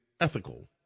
ethical